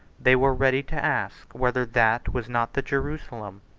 they were ready to ask whether that was not the jerusalem,